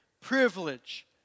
Privilege